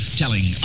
telling